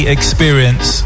Experience